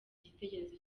igitekerezo